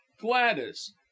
Gladys